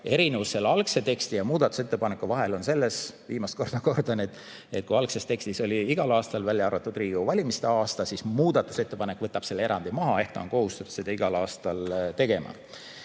Erinevus algse teksti ja muudatusettepanekute vahel on selles – viimast korda kordan –, et kui algses tekstis oli "igal aastal, välja arvatud Riigikogu valimiste aasta", siis muudatusettepanek võtab selle erandi maha, ehk [minister] on kohustatud seda tegema